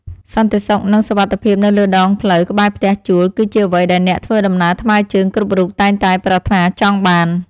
សន្តិសុខនិងសុវត្ថិភាពនៅលើដងផ្លូវក្បែរផ្ទះជួលគឺជាអ្វីដែលអ្នកធ្វើដំណើរថ្មើរជើងគ្រប់រូបតែងតែប្រាថ្នាចង់បាន។